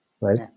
right